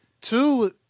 Two